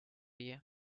you